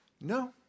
no